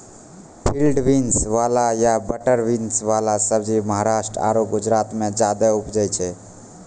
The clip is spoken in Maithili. फील्ड बीन्स, वाल या बटर बीन कॅ सब्जी महाराष्ट्र आरो गुजरात मॅ ज्यादा उपजावे छै